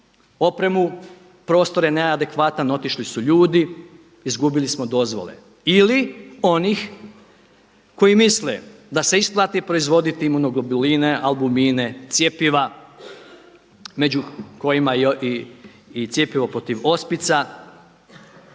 opremu, prostor je neadekvatan, otišli su ljudi, izgubili smo dozvole ili onih koji misle da se isplati proizvoditi imuno…, albumine, cjepiva među kojima je i cjepivo protiv ospica